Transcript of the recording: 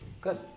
Good